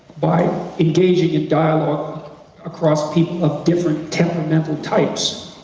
by engaging in dialogue across people of different temperamental types.